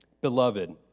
Beloved